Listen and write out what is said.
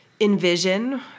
envision